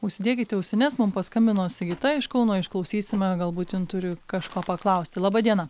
užsidėkite ausines mum paskambino sigita iš kauno išklausysime galbūt jin turi kažko paklausti laba diena